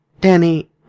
Danny